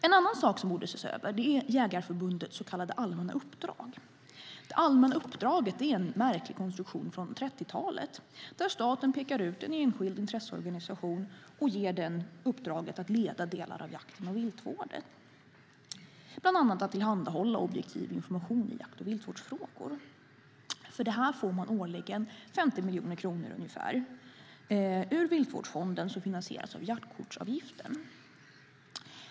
En annan sak som borde ses över är Jägareförbundets så kallade allmänna uppdrag. Det allmänna uppdraget är en märklig konstruktion från 30-talet där staten pekar ut en enskild intresseorganisation och ger den uppdraget att leda delar av jakten och viltvården. Det handlar bland annat om att tillhandahålla objektiv information i jakt och viltvårdsfrågor. För detta får Jägareförbundet årligen ungefär 50 miljoner kronor ur Viltvårdsfonden, som finansieras av jaktkortsavgiften.